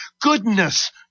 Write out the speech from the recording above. goodness